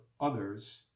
others